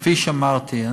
כפי שאמרתי,